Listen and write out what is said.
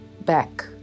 back